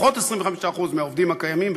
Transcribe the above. לפחות 25% מהעובדים הקיימים,